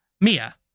Mia